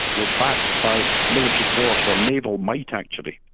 were backed by military force, or naval might actually.